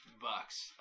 bucks